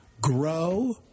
grow